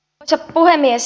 arvoisa puhemies